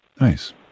Nice